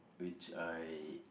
which I